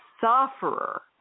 sufferer